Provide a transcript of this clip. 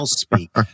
speak